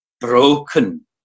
Broken